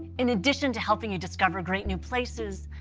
in addition to helping you discover great new places,